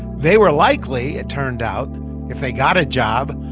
they were likely it turned out if they got a job,